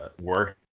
work